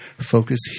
Focus